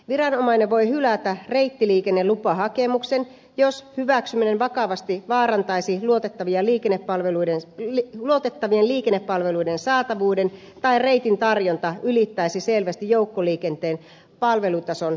viranomainen voi hylätä reittiliikennelupahakemuksen jos hyväksyminen vakavasti vaarantaisi luotettavien liikennepalveluiden saatavuuden tai reitin tarjonta ylittäisi selvästi joukkoliikenteen palvelutason määrittelyt